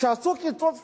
כשעשו קיצוץ flat,